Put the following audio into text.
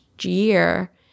year